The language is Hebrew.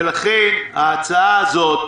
ולכן ההצעה הזאת,